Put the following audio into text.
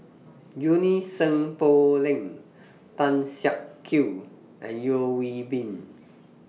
Junie Sng Poh Leng Tan Siak Kew and Yeo Hwee Bin